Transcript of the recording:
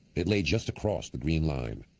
it lay just across the green line.